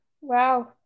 Wow